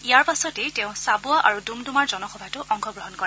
ইয়াৰ পাছতে তেওঁ চাবুৱা আৰু ডুমডূমাৰ জনসভাতো অংশগ্ৰহণ কৰে